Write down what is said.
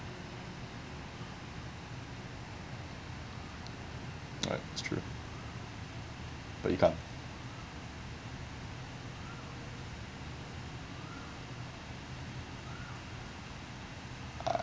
alright that's true but you can't